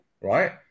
right